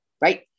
right